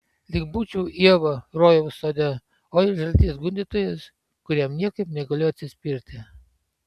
lyg būčiau ieva rojaus sode o jis žaltys gundytojas kuriam niekaip negaliu atsispirti